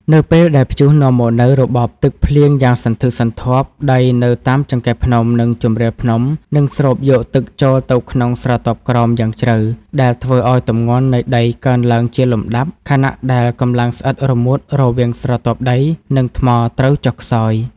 នៅពេលដែលព្យុះនាំមកនូវរបបទឹកភ្លៀងយ៉ាងសន្ធឹកសន្ធាប់ ដីនៅតាមចង្កេះភ្នំ និងជម្រាលភ្នំនឹងស្រូបយកទឹកចូលទៅក្នុងស្រទាប់ក្រោមយ៉ាងជ្រៅ ដែលធ្វើឱ្យទម្ងន់នៃដីកើនឡើងជាលំដាប់ ខណៈដែលកម្លាំងស្អិតរមួតរវាងស្រទាប់ដី និងថ្មត្រូវចុះខ្សោយ។